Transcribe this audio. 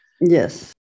Yes